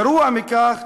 גרוע מכך,